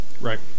Right